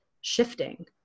shifting